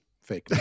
fake